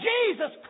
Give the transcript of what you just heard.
Jesus